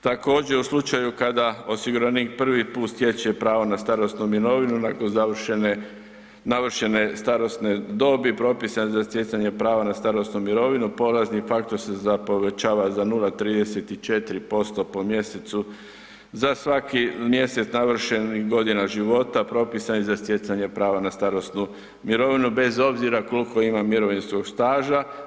Također, u slučaju kada osiguranik prvi put stječe pravo na starosnu mirovinu nakon navršene starosne dobi propisane za stjecanje prava na starosnu mirovinu, polazni faktor se povećava za 0,34% po mjesecu, za svaki mjesec navršenih godina života propisanih za stjecanje prava na starosnu mirovinu bez obzira koliko ima mirovinskog staža.